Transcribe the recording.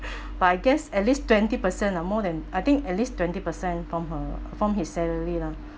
but I guess at least twenty percent ah more than I think at least twenty percent from her from his salary lah